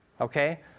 okay